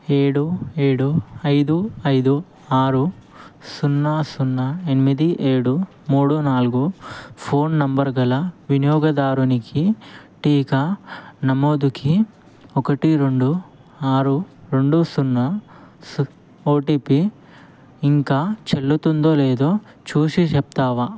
ఏడు ఏడు ఐదు ఐదు ఆరు సున్నా సున్నా ఎనిమిది ఏడు మూడు నాలుగు ఫోన్ నంబరు గల వినియోగదారునికి టీకా నమోదుకి ఒకటి రెండు ఆరు రెండు సున్నా ఓటిపి ఇంకా చెల్లుతుందో లేదో చూసి చెప్తావా